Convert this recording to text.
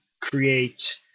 create